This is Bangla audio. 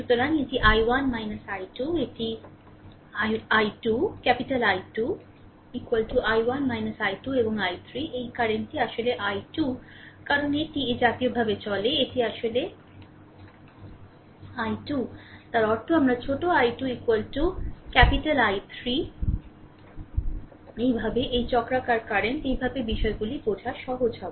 সুতরাং এটি I1 I2 এটি I2 I1 I2 এবং I3 এই কারেন্টটি আসলে I2 কারণ এটি এ জাতীয়ভাবে চলে এটি আসলে I2 তার অর্থ আমার ছোট I2 I3 এইভাবে এই চক্রাকার কারেন্ট এইভাবে বিষয়গুলি বোঝা সহজ হবে